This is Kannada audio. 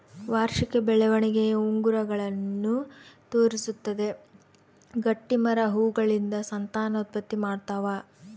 ವಾರ್ಷಿಕ ಬೆಳವಣಿಗೆಯ ಉಂಗುರಗಳನ್ನು ತೋರಿಸುತ್ತದೆ ಗಟ್ಟಿಮರ ಹೂಗಳಿಂದ ಸಂತಾನೋತ್ಪತ್ತಿ ಮಾಡ್ತಾವ